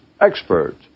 expert